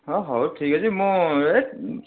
ହଁ ହଉ ଠିକ୍ ଅଛି ମୁଁ ଏ